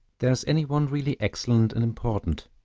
there is any one really excellent and important,